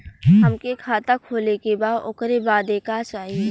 हमके खाता खोले के बा ओकरे बादे का चाही?